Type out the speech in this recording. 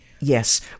Yes